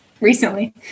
recently